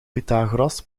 pythagoras